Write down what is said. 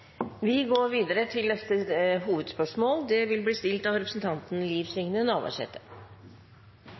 Vi går videre til neste hovedspørsmål. Det